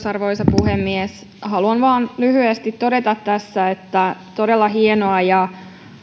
arvoisa puhemies haluan vain lyhyesti todeta tässä että on todella hienoa ja